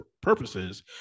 purposes